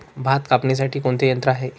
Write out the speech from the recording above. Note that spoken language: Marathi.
भात कापणीसाठी कोणते यंत्र आहे?